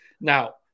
Now